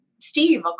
Steve